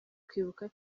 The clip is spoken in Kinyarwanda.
kwibuka